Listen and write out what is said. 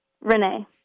Renee